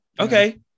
Okay